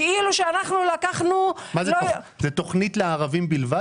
כאילו שאנחנו לקחנו --- התוכנית הזאת היא תוכנית לערבים בלבד?